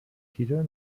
titel